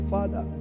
Father